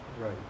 Right